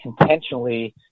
intentionally